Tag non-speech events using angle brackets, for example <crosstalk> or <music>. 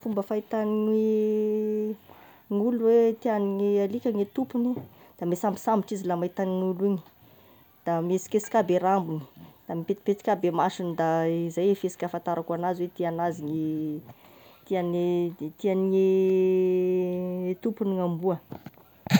Fomba fahitan'ny gn'olo hoe tian'ny alika gne tompony: misambosambitry izy raha mahita iny gn'olo igny, da mihesikesika aby e rambogny, da mipetipetika abe ny masony, da zay e fihesika ahafantarako anazy hoe tianazy ny <hesitation> le tian'le- hoe tianie <hesitation> tompogny gn'amboa.